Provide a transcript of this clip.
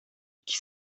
chi